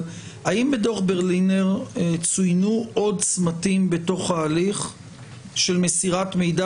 האם בדוח ברלינר צוינו עוד צמתים בתוך ההליך של מסירת מידע